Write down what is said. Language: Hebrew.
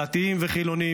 דתיים וחילונים,